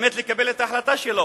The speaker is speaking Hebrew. באמת לקבל את ההחלטה שלו.